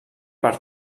per